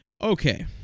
Okay